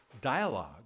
dialogue